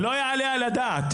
זה לא יעלה על הדעת.